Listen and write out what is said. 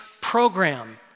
program